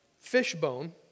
Fishbone